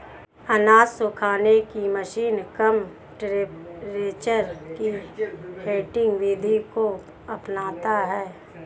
अनाज सुखाने की मशीन कम टेंपरेचर की हीटिंग विधि को अपनाता है